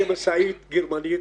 זו משאית גרמנית,